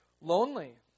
Lonely